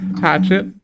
hatchet